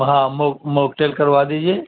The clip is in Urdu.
ہاں موک ٹیل کروا دیجیے